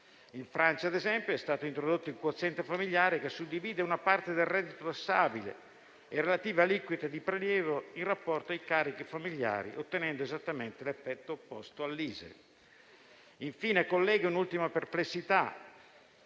In Francia, ad esempio, è stato introdotto il quoziente familiare che suddivide una parte del reddito tassabile e relativa aliquota di prelievo in rapporto ai carichi familiari, ottenendo esattamente l'effetto opposto all'ISEE. Infine, colleghi, esprimo un'ultima perplessità: